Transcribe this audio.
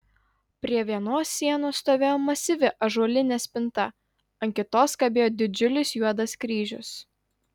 prie vienos sienos stovėjo masyvi ąžuolinė spinta ant kitos kabėjo didžiulis juodas kryžius